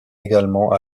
également